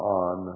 on